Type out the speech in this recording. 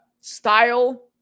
style